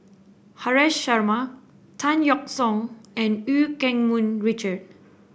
Haresh Sharma Tan Yeok Seong and Eu Keng Mun Richard